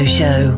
show